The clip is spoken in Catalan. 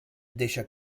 deixa